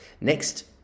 next